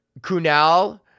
Kunal